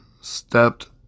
stepped